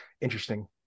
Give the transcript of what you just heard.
interesting